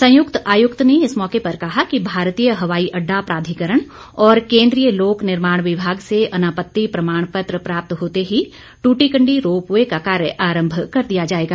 संयुक्त आयुक्त ने इस मौके पर कहा कि भारतीय हवाई अड्डा प्राधिकरण और केन्द्रीय लोक निर्माण विभाग से अनापत्ति प्रमाण पत्र प्राप्त होते ही टूटीकंडी रोपवे का कार्य आरंभ कर दिया जाएगा